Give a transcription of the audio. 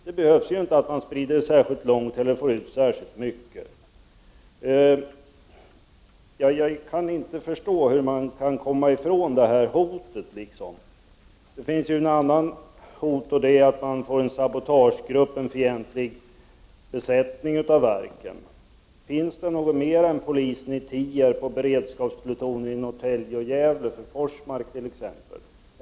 Det behöver inte vara särskilt mycket eller spridas särskilt långt. Jag kan inte förstå hur man kan komma ifrån detta hot. Det finns ett annat hot. Det är att en fientlig sabotagegrupp besätter verken. Finns det någon mer än polisen i Tierp och beredskapsplutonen i Norrtälje och Gävle som rycker ut till exempelvis Forsmark?